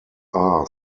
are